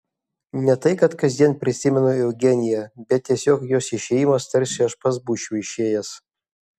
ne tai kad kasdien prisimenu eugeniją bet tiesiog jos išėjimas tarsi aš pats būčiau išėjęs